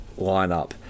lineup